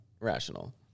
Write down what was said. rational